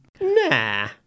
Nah